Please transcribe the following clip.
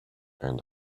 and